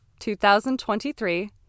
2023